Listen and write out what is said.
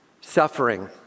suffering